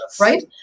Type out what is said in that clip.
right